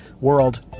world